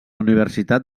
universitat